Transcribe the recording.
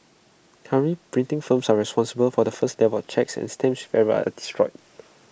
currently printing firms are responsible for the first level checks and stamps with errors are destroyed